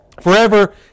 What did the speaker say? forever